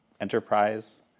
enterprise